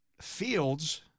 Fields